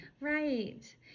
Right